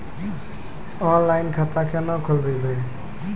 Online खाता केना खोलभैबै?